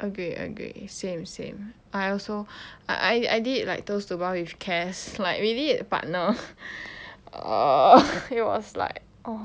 agree agree same same I also I I did like those two bar with cass like we did partner ugh it was like oh